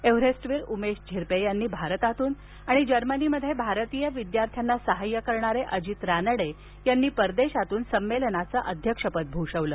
एव्हरेस्टवीर उमेश झिरपे यांनी भारतातून आणि जर्मनीमध्ये भारतीय विद्यार्थ्यांना सहाय्य करणारे अजित रानडे यांनी परदेशातून संमेलनाध्यक्षपद भूषवलं